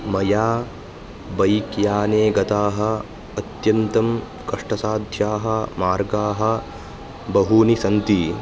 मया बैक् याने गताः अत्यन्तं कष्टसाध्याः मार्गाः बहूनि सन्ति